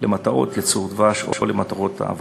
למטרת ייצור דבש או למטרת שירותי האבקה,